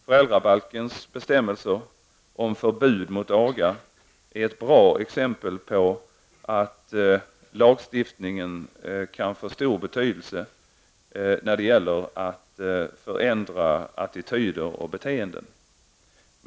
Föräldrabalkens bestämmelser om förbud mot aga är ett bra exempel på att lagstiftningen kan få stor betydelse när det gäller att förändra attityder och beteenden.